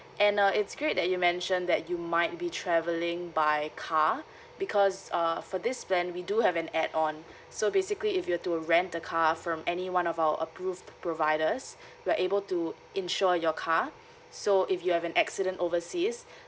and uh it's great that you mentioned that you might be travelling by car because err for this plan we do have an add on so basically if you were to rent the car from any one of our approved providers you're able to insure your car so if you have an accident oversea